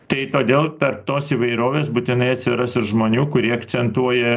tai todėl per tos įvairovės būtinai atsiras ir žmonių kurie akcentuoja